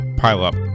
pile-up